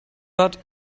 but